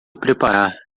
preparar